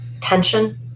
tension